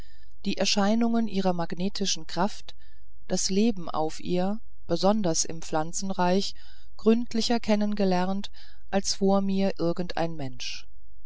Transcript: die erscheinungen ihrer magnetischen kraft das leben auf ihr besonders im pflanzenreiche gründlicher kennen gelernt als vor mir irgend ein mensch